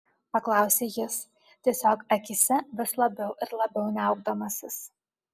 paklausė jis tiesiog akyse vis labiau ir labiau niaukdamasis